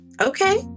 okay